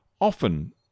often